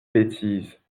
bêtise